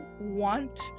want